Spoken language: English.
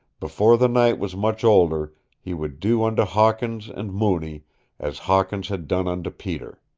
before the night was much older he would do unto hawkins and mooney as hawkins had done unto peter.